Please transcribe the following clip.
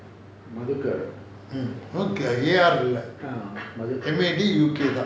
(mm)ar இல்ல மாடுக தான்:illa maduka thaan